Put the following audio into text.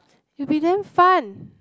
will be damn fun